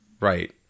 Right